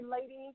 ladies